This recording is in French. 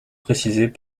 précisés